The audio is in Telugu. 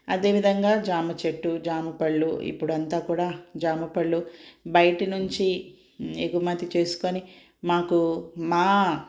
అదే విధంగా జామ చెట్టు జామ పళ్ళు ఇప్పుడంతా కూడా జామ పళ్ళు బయటి నుంచి ఎగుమతి చేసుకుని మాకు మా